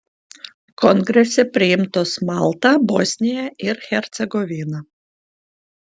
kongrese priimtos malta bosnija ir hercegovina